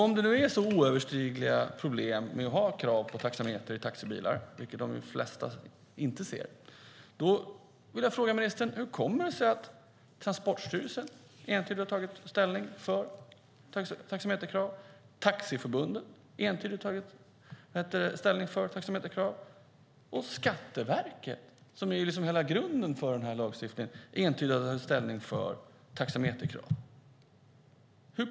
Om det är så oöverstigliga problem med att ha krav på taxameter i taxibilar - vilket de flesta inte ser - vill jag fråga ministern: Hur kommer det sig att Transportstyrelsen entydigt har tagit ställning för taxameterkrav, att Taxiförbundet entydigt har tagit ställning för taxameterkrav och att Skatteverket, som liksom är hela grunden för lagstiftningen, entydigt har tagit ställning för taxameterkrav?